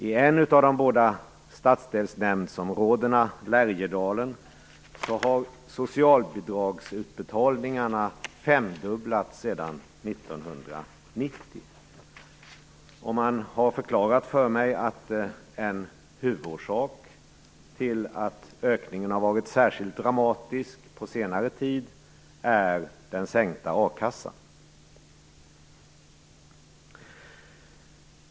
I ett av de båda stadsdelsnämndsområdena, Lärjedalen, har socialbidragsutbetalningarna femdubblats sedan 1990. Man har förklarat för mig att en huvudorsak till att ökningen har varit särskilt dramatisk på senare tid är den sänkta a-kassan.